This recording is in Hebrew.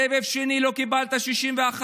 בסבב השני לא קיבלת 61,